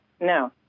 No